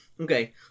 Okay